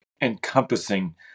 encompassing